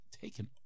taken